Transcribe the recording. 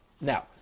Now